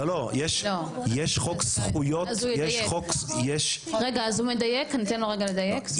אז הוא ידייק, רק הוא מדייק אני אתן לו רגע לדייק.